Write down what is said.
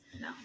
no